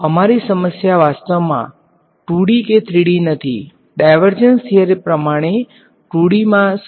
તેથી અમારી સમસ્યા વાસ્તવમાં 2D છે 3D નથી ડાયવર્જંસ થીયરમ પ્રમાણે 2D માં સરળ બને છે તેથી મારે એક ડાયમેંશન છોડવું પડશે